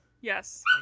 Yes